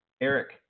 Eric